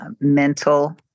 mental